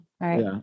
right